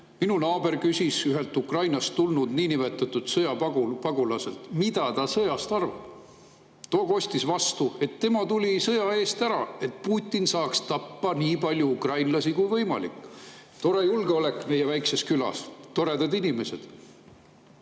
Minu naaber küsis ühelt Ukrainast tulnud niinimetatud sõjapagulaselt, mida ta sõjast arvab. Too kostis vastu, et tema tuli sõja eest ära, et Putin saaks tappa nii palju ukrainlasi kui võimalik. Tore julgeolek meie väikeses külas, toredad inimesed.